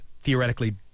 theoretically